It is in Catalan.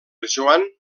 joan